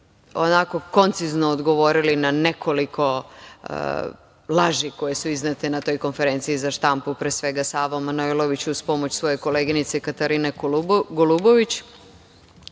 onako koncizno odgovorili na nekoliko laži koje su iznete na toj konferenciji za štampu, pre svega Savo Manojlović uz pomoć svoje koleginice Katarine Golubović,